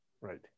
Right